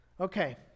Okay